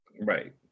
Right